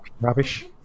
rubbish